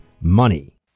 money